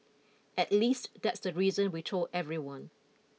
at least that's the reason we told everyone